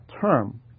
term